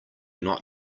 not